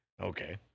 Okay